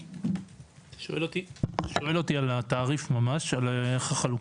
אתה שואל אותי על התעריף ממש, על איך החלוקה?